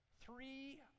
Three